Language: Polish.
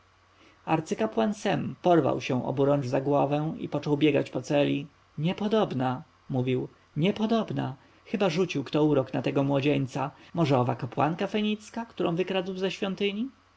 arcykapłan sem porwał się oburącz za głowę i począł biegać po celi niepodobna mówił niepodobna chyba rzucił kto urok na tego młodzieńca może owa kapłanka fenicka którą wykradł ze świątyni